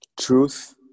Truth